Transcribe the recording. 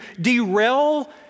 derail